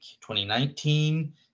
2019